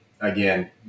again